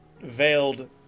veiled